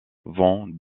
vont